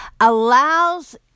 allows